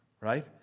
right